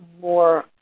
more